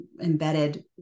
embedded